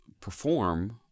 perform